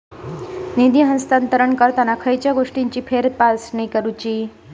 निधी हस्तांतरण करताना खयच्या गोष्टींची फेरतपासणी करायची?